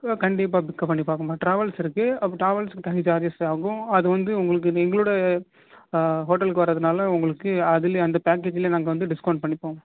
இல்லை கண்டிப்பாக பிக்அப் பண்ணிப்பாங்கம்மா ட்ராவல்ஸ் இருக்குது அப்போ ட்ராவல்ஸுக்கு தனி சார்ஜஸ் ஆகும் அது வந்து உங்களுக்கு இது எங்களோடய ஹோட்டலுக்கு வர்றதுனால் உங்களுக்கு அதிலே அந்த பேக்கேஜிலே நாங்கள் வந்து டிஸ்கவுண்ட் பண்ணிப்போம்